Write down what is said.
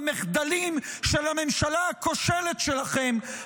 במחדלים של הממשלה הכושלת שלכם,